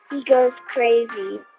he goes crazy,